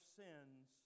sins